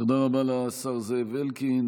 תודה רבה לשר זאב אלקין.